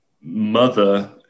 mother